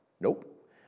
Nope